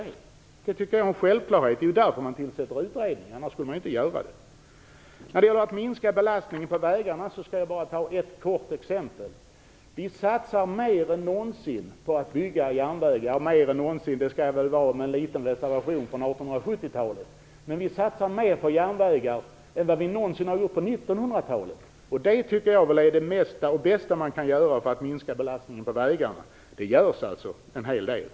Det tycker jag är en självklarhet. Det är ju därför man tillsätter utredningar. Annars skulle man inte göra det. När det gäller att minska belastningen på vägarna skall jag bara ta ett kort exempel. Med en liten reservation för 1870-talet vill jag säga att vi satsar mer än någonsin på att bygga järnvägar. Vi satsar mer på järnvägar än vad vi någonsin har gjort på 1900-talet. Det tycker jag är det bästa man kan göra för att minska belastningen på vägarna. Det görs alltså en hel del.